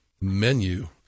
menu